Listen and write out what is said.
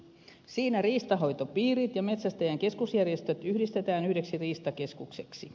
siinä riistanhoitopiirit ja metsästäjien keskusjärjestöt yhdistetään yhdeksi riistakeskukseksi